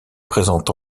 présente